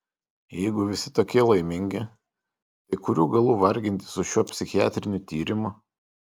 jeigu visi tokie laimingi tai kurių galų vargintis su šiuo psichiatriniu tyrimu